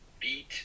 beat